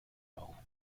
hole